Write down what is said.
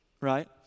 Right